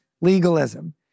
legalism